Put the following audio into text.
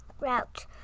route